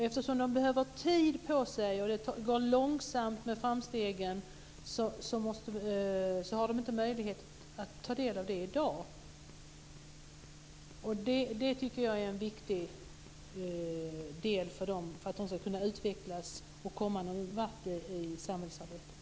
Eftersom de behöver tid på sig och det går långsamt med framstegen, har de inte möjlighet att ta del av bidraget i dag. Jag tycker att rehabiliteringsbidraget är viktigt för att de ska kunna utvecklas och komma någon vart i samhällsarbetet.